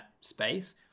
space